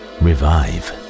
revive